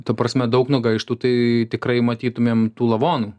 ta prasme daug nugaištų tai tikrai matytumėm tų lavonų